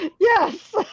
Yes